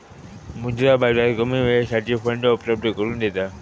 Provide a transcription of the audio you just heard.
मुद्रा बाजार कमी वेळेसाठी फंड उपलब्ध करून देता